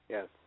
Yes